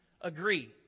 Agree